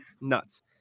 Nuts